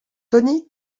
tony